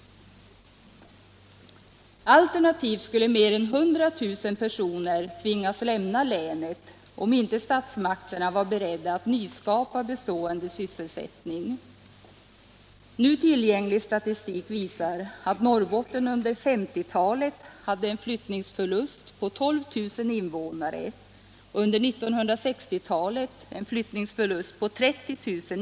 Alternativt skulle mer än 100 000 personer tvingas lämna länet, om inte statsmakterna var beredda att nyskapa bestående sysselsättning. Nu tillgänglig statistik visar att Norrbotten under 1950-talet hade en flyttningsförlust på 12 000 invånare och under 1960-talet 30 000.